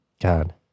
God